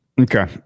okay